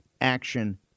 action